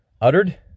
uttered